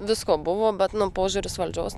visko buvo bet nu požiūris valdžios